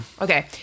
Okay